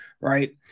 Right